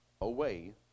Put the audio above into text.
away